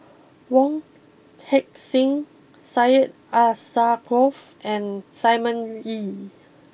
Wong Heck sing Syed Alsagoff and Simon Wee